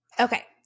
Okay